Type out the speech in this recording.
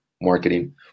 marketing